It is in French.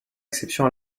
exception